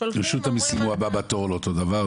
שולחים --- רשות המיסים הוא הבא בתור לאותו דבר,